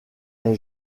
est